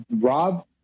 Rob